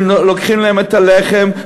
ולוקחים להם את הלחם,